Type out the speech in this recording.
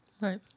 Right